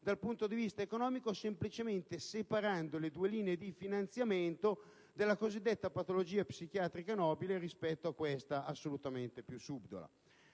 dal punto di vista economico, semplicemente separando le due linee di finanziamento tra la cosiddetta patologia psichiatrica nobile rispetto a questa assolutamente più subdola.